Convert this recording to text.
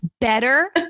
better